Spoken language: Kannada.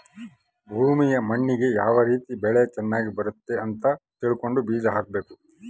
ಭೂಮಿಯ ಮಣ್ಣಿಗೆ ಯಾವ ರೀತಿ ಬೆಳೆ ಚನಗ್ ಬರುತ್ತೆ ಅಂತ ತಿಳ್ಕೊಂಡು ಬೀಜ ಹಾಕಬೇಕು